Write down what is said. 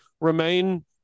remain